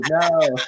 no